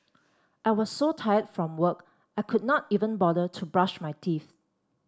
I was so tired from work I could not even bother to brush my teeth